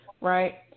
right